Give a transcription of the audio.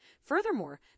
Furthermore